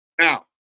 Now